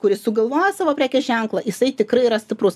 kuris sugalvojo savo prekės ženklą jisai tikrai yra stiprus